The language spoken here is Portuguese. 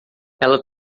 ela